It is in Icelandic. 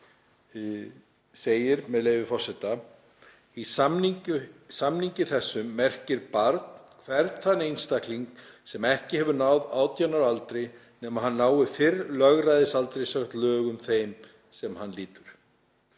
segir, með leyfi forseta: „Í samningi þessum merkir barn hvern þann einstakling sem ekki hefur náð 18 ára aldri, nema hann nái fyrr lögræðisaldri samkvæmt lögum þeim sem hann lýtur.“